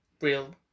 real